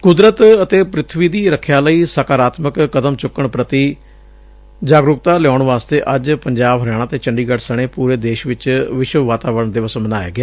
ਕੁਦਰਤ ਅਤੇ ਪ੍ਰਿਥਵੀ ਦੀ ਰਖਿਆ ਲਈ ਸਕਾਰਾਤਮਕ ਕਦਮ ਚੁੱਕਣ ਪ੍ਰਤੀ ਜਾਗਰੂਕਤਾ ਲਿਆਉਣ ਵਾਸਤੇ ਅੱਜ ਪੰਜਾਬ ਹਰਿਆਣਾ ਅਤੇ ਚੰਡੀਗੜ੍ਹ ਸਣੇ ਪੂਰੇ ਦੇਸ਼ ਵਿਚ ਵਿਸ਼ਵ ਵਾਤਾਵਰਣ ਦਿਵਸ ਮਨਾਇਆ ਗਿਆ